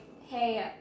Hey